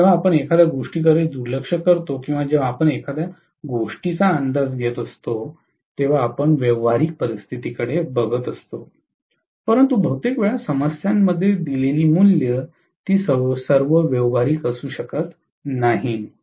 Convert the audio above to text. आणि जेव्हा आपण एखाद्या गोष्टीकडे दुर्लक्ष करतो किंवा जेव्हा आपण एखाद्या गोष्टीचा अंदाज घेत असतो तेव्हा आपण व्यावहारिक परिस्थितीकडे पाहतो परंतु बहुतेक वेळा समस्यांमध्ये दिलेली मूल्ये ती सर्व व्यावहारिक असू शकत नाहीत